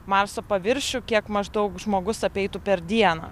marso paviršių kiek maždaug žmogus apeitų per dieną